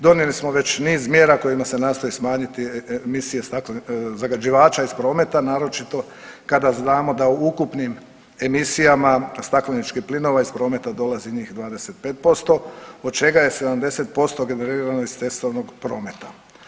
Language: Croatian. Donijeli smo već niz mjera kojima se nastoji smanjiti emisije zagađivača iz prometa, naročito kada znamo da u ukupnim emisijama stakleničkih plinova iz prometa dolazi njih 25% od čega je 70% generirano iz cestovnog prometa.